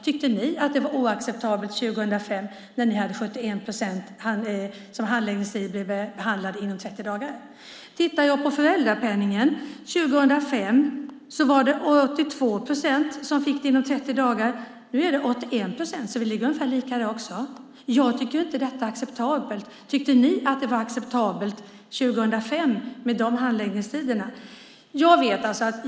Tyckte ni att det var oacceptabelt 2005 när 71 procent handlades inom 30 dagar? Tittar jag på föräldrapenningen 2005 ser jag att 82 procent fick den inom 30 dagar. Nu är det 81 procent, så vi ligger ungefär lika där också. Jag tycker dock inte att detta är acceptabelt. Tyckte ni att handläggningstiderna var acceptabla 2005?